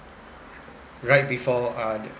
right before uh